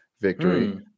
victory